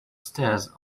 stairs